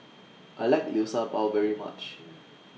I like Liu Sha Bao very much